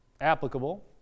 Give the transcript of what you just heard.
Applicable